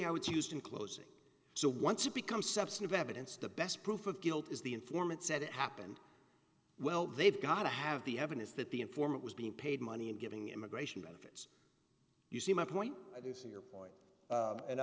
how it's used in closing so once it becomes substantive evidence the best proof of guilt is the informant said it happened well they've got to have the evidence that the informant was being paid money and getting immigration benefits you see my point i do see your point